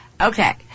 Okay